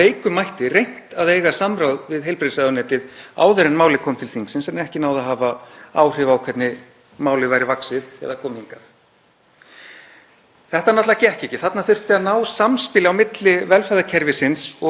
Þetta náttúrlega gekk ekki. Þarna þurfti að ná samspili á milli velferðarkerfisins og réttarkerfisins þannig að velferðarnefnd náði saman um það, var einhuga um að vísa málinu aftur til föðurhúsanna og biðja ráðuneytið að vinna það almennilega.